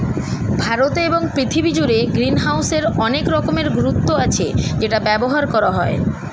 ভারতে এবং পৃথিবী জুড়ে গ্রিনহাউসের অনেক রকমের গুরুত্ব আছে যেটা ব্যবহার করা হয়